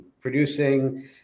producing